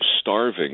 starving